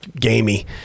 gamey